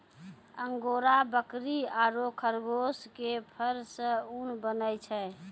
angora बकरी आरो खरगोश के फर सॅ ऊन बनै छै